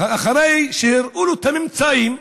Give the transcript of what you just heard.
אחרי שהראו לו את הממצאים,